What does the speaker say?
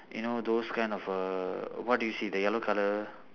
you know those kind of err what do you see the yellow colour